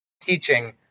teaching